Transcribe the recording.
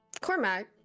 Cormac